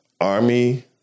army